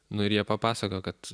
nu ir jie papasakojo kad